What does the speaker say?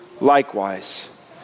likewise